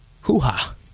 hoo-ha